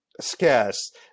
scarce